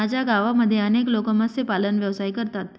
माझ्या गावामध्ये अनेक लोक मत्स्यपालन व्यवसाय करतात